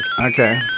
Okay